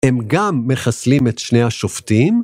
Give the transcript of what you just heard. הם גם מחסלים את שני השופטים?